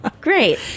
great